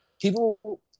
people